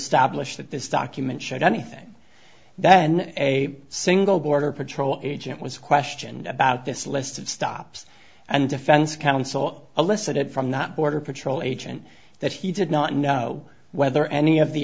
establish that this document should anything then a single border patrol agent was questioned about this list of stops and defense counsel elicited from not border patrol agent that he did not know whether any of the